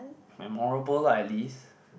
memorable lah at least